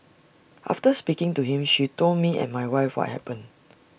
after speaking to him she told me and my wife what happened